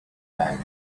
back